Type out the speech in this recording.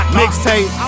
mixtape